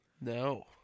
No